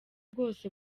bwose